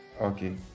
okay